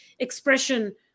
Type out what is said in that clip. expression